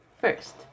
First